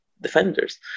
defenders